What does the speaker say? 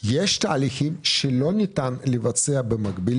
יש תהליכים שלא ניתן לבצע במקביל,